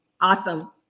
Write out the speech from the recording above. Awesome